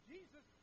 Jesus